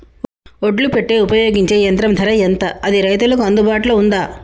ఒడ్లు పెట్టే ఉపయోగించే యంత్రం ధర ఎంత అది రైతులకు అందుబాటులో ఉందా?